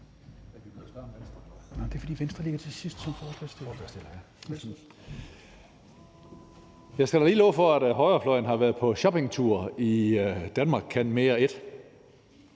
Jeg skal da lige love for, at højrefløjen har været på shoppingtur i »Danmark kan mere I«.